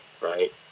right